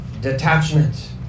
detachment